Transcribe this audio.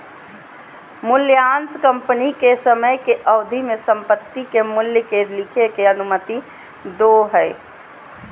मूल्यह्रास कंपनी के समय के अवधि में संपत्ति के मूल्य के लिखे के अनुमति दो हइ